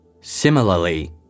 Similarly